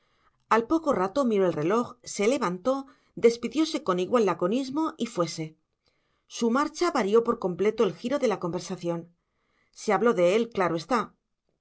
al poco rato miró el reloj se levantó despidiose con igual laconismo y fuese su marcha varió por completo el giro de la conversación se habló de él claro está